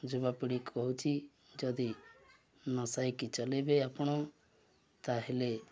ଯୁବାପିଢ଼ି କହୁଛି ଯଦି ନଶା ନେଇକି ଚଲେଇବେ ଆପଣ ତାହେଲେ